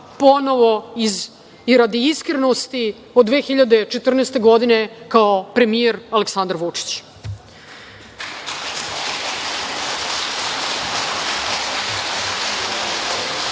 ponovo, i radi iskrenosti, od 2014. godine kao premijer Aleksandar Vučić. Četiri